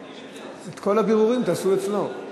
את כל הבירורים תעשו אצלו.